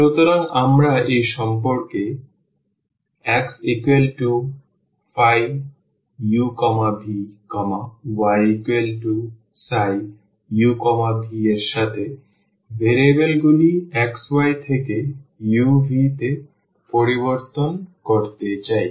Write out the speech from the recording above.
সুতরাং আমরা এই সম্পর্ক xuvyψuv এর সাথে ভেরিয়েবলগুলি x y থেকে u v তে পরিবর্তন করতে চাই